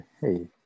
Hey